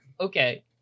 Okay